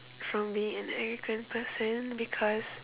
from being an arrogant person because